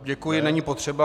Děkuji, není potřeba.